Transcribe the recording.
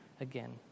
again